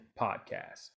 podcast